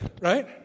right